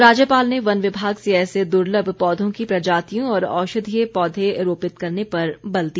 राज्यपाल ने वन विभाग से ऐसे दुलर्भ पौधों की प्रजातियों और औषधीय पौधें रोपित करने पर बल दिया